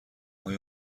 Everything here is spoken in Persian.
های